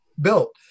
built